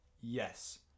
Yes